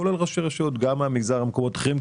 כולל ראשי רשויות מהמגזר וממקומות אחרים,